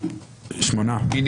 1